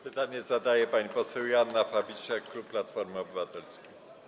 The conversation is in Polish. Pytanie zadaje pani poseł Joanna Fabisiak, klub Platformy Obywatelskiej.